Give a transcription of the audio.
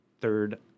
Third